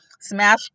smash